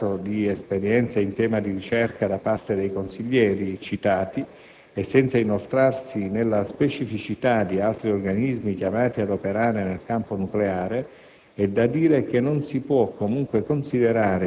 A parte che è lo stesso interrogante a dare atto di esperienze in tema di ricerca da parte dei consiglieri citati e senza inoltrarsi nelle specificità di altri organismi chiamati ad operare nel campo nucleare,